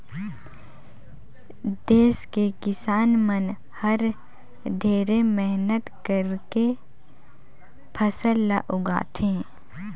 देस के किसान मन हर ढेरे मेहनत करके फसल ल उगाथे